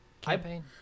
campaign